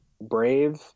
Brave